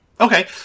Okay